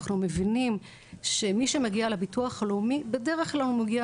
אנחנו מבינים שמי שמגיע לביטוח הלאומי בדרך כלל מגיע